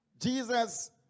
Jesus